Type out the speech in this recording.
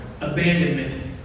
abandonment